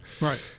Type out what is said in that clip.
right